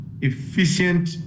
efficient